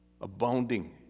abounding